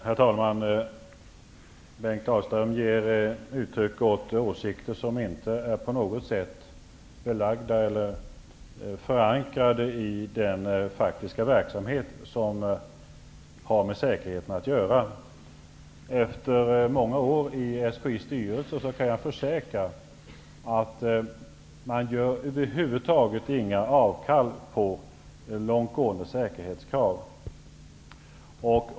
Herr talman! Bengt Dalström ger uttryck åt åsikter som inte på något sätt är belagda eller förankrade i den faktiska verksamhet som har med säkerheten att göra. Efter många år i SKI:s styrelse kan jag försäkra att man över huvud taget inte gör några avkall på långt gående säkerhetskrav.